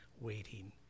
waiting